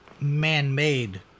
man-made